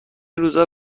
روزا